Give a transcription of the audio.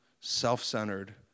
self-centered